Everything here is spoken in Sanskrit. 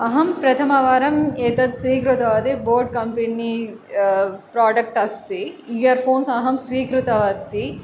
अहं प्रथमवारम् एतत् स्वीकृतवती बोट् कम्पनी प्राडेक्ट् अस्ति इयर्फफ़ोन्स् अहं स्वीकृतवती